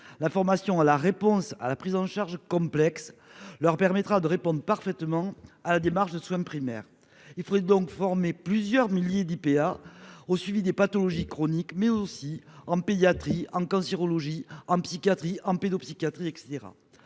La formation à la réponse à la prise en charge complexe leur permettra de répondent parfaitement à la démarche de soins primaires, il faudrait donc former plusieurs milliers d'IPA au suivi des pathologies chroniques, mais aussi en pédiatrie en cancérologie en psychiatrie en pédopsychiatrie etc